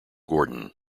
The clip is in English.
gordon